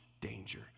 danger